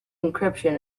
encryption